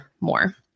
more